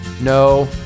No